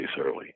early